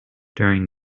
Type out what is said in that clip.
during